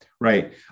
right